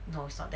no it's not that